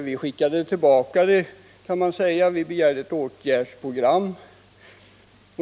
Vi skickade tillbaka förslaget och begärde ett åtgärdsprogram.